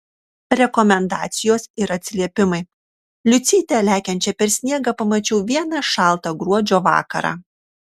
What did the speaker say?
rekomendacijos ir atsiliepimai liucytę lekiančią per sniegą pamačiau vieną šaltą gruodžio vakarą